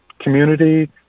community